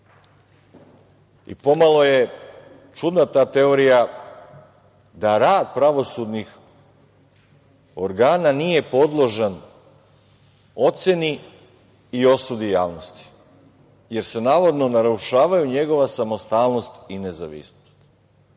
Pomalo je čudna ta teorija da rad pravosudnih organa nije podložan oceni i osudi javnosti, jer se navodno narušavaju njegova samostalnost i nezavisnost.